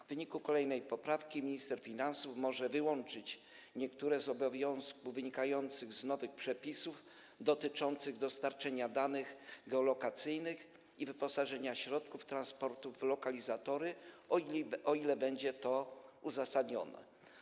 W wyniku kolejnej poprawki minister finansów może wyłączyć niektóre obowiązki wynikające z nowych przepisów dotyczących dostarczenia danych geolokacyjnych i wyposażenia środków transportu w lokalizatory, o ile będzie to uzasadnione.